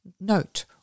note